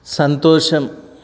సంతోషం